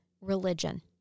religion